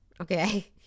okay